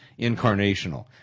incarnational